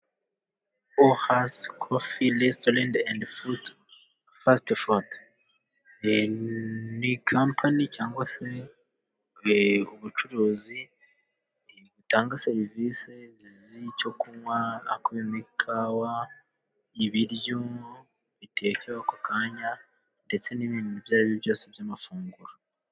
Orazi Kofi resitorenti endi fasite fudu ni kampani ,cyangwa se ubucuruzi butanga serivisi z'icyo kunywa hakubiyemo ikawa, ibiryo bitekeweho ako kanya, ndetse n'ibindi ibyo ari byo byose by'amafunguro.